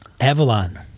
Avalon